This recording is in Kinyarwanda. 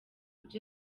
byo